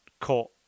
caught